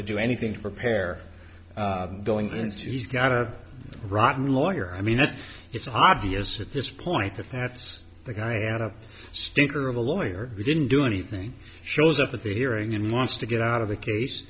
to do anything to prepare going into he's got a rotten lawyer i mean it's obvious at this point that that's the guy and a stinker of a lawyer who didn't do anything shows up at the hearing and wants to get out of the case